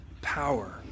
power